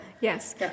Yes